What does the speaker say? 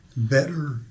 Better